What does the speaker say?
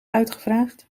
uitgevraagd